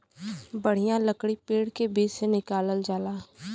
बढ़िया लकड़ी पेड़ के बीच से निकालल जाला